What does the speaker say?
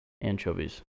anchovies